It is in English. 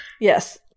Yes